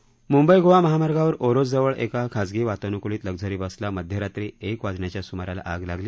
म्ंबई गोवा महामार्गावर ओरोसजवळ एका खाजगी वातान्क्लित लक्झरी बसला मध्यरात्री एक वाजण्याच्या स्माराला आग लागली